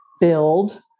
build